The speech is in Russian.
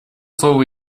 слово